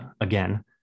again